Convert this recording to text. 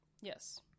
Yes